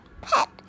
pet